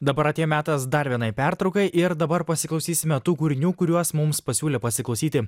dabar atėjo metas dar vienai pertraukai ir dabar pasiklausysime tų kūrinių kuriuos mums pasiūlė pasiklausyti